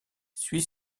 suit